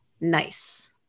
Nice